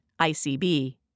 ICB